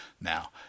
now